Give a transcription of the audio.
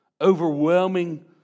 Overwhelming